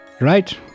Right